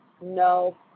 No